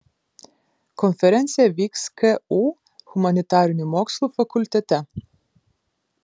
konferencija vyks ku humanitarinių mokslų fakultete